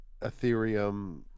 Ethereum